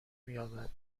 مییابد